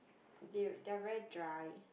they they are very dry